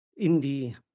indie